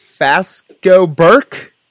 Fasco-Burke